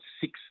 six